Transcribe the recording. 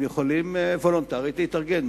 הם יכולים וולונטרית להתארגן.